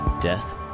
death